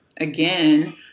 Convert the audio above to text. again